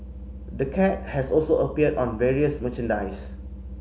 the cat has also appeared on various merchandise